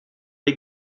les